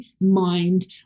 mind